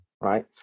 right